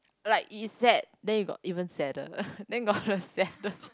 like is sad then you got even sadder then got the saddest